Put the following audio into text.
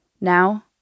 Now